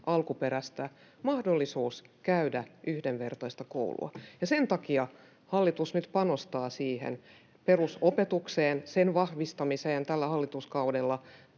alkuperästä — mahdollisuus käydä yhdenvertaista koulua. Ja sen takia hallitus nyt panostaa perusopetukseen, sen vahvistamiseen tällä hallituskaudella